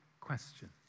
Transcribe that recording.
question